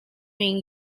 mean